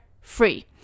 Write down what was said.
free